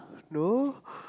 no